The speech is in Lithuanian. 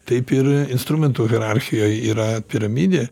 taip ir instrumentų hierarchijoj yra piramidė